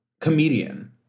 comedian